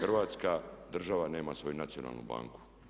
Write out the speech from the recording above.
Hrvatska država nema svoju nacionalnu banku.